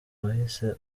wahise